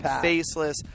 faceless